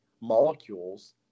molecules